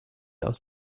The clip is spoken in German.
aus